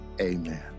Amen